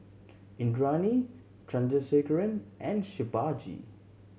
Indranee Chandrasekaran and Shivaji